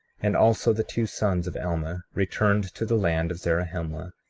and also the two sons of alma returned to the land of zarahemla,